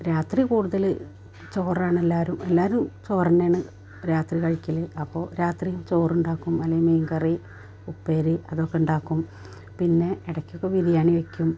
രാത്രി കൂടുതൽ ചോറാണെല്ലാവരും എല്ലാവരും ചോറു തന്നെയാണ് രാത്രി കഴിക്കൽ അപ്പോൾ രാത്രി ചോറുണ്ടാക്കും അന് മീൻകറി ഉപ്പേരി അതൊക്കെ ഉണ്ടാക്കും പിന്നെ ഇടക്കൊക്കെ ബിരിയാണി വെയ്ക്കും